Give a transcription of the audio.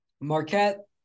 marquette